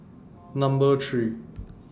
Number three